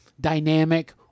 dynamic